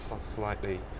slightly